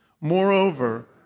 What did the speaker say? Moreover